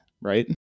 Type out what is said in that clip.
right